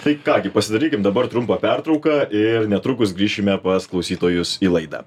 tai ką gi pasidarykim dabar trumpą pertrauką ir netrukus grįšime pas klausytojus į laidą